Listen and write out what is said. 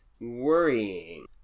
worrying